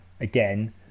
again